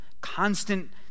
constant